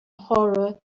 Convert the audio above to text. horror